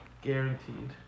Guaranteed